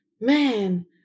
man